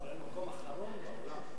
ישראל במקום אחרון בעולם,